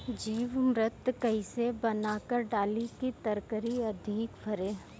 जीवमृत कईसे बनाकर डाली की तरकरी अधिक फरे?